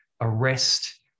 arrest